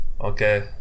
Okay